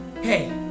Hey